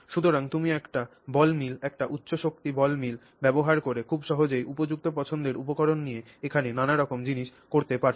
সুতরাং তুমি একটি বল মিল একটি উচ্চ শক্তি বল মিল ব্যবহার করে খুব সহজেই উপযুক্ত পছন্দের উপকরণ দিয়ে এখানে নানা রকম জিনিস করতে পারছ